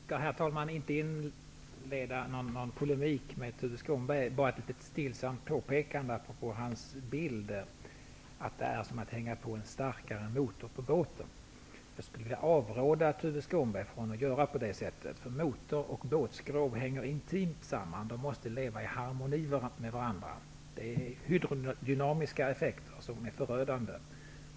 Herr talman! Jag skall inte inleda någon polemik med Tuve Skånberg. Jag vill bara göra ett litet stillsamt påpekande apropå hans bild, att det är som att hänga på en starkare motor på båten. Jag skulle vilja avråda Tuve Skånberg från att göra på det sättet. Motor och båtskrov hänger intimt samman. De måste leva i harmoni med varandra. De hydrodynamiska effekterna är förödande.